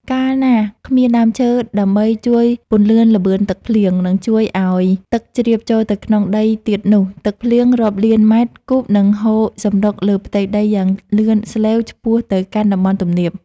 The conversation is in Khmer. កាលណាគ្មានដើមឈើដើម្បីជួយពន្យឺតល្បឿនទឹកភ្លៀង និងជួយឱ្យទឹកជ្រាបចូលទៅក្នុងដីទៀតនោះ ទឹកភ្លៀងរាប់លានម៉ែត្រគូបនឹងហូរសម្រុកលើផ្ទៃដីយ៉ាងលឿនស្លេវឆ្ពោះទៅកាន់តំបន់ទំនាប។